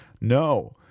No